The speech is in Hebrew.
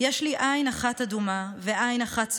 / יש לי עין אחת אדומה ועין אחת צהובה.